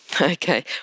Okay